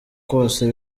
kose